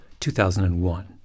2001